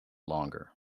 longer